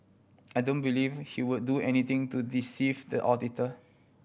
I don't believe he would do anything to deceive the auditor